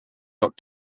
got